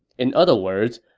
in other words,